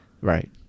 Right